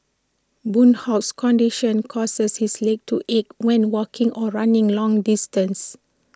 boon Hock's condition causes his legs to ache when walking or running long distances